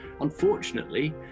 unfortunately